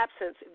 absence